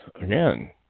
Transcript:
again